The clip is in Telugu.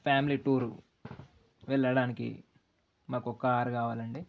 ఫ్యామిలీ టూరు వెళ్ళడానికి మాకు కారు కావాలండి